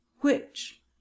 Which